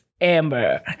amber